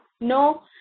No